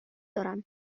دارم